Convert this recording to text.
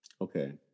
Okay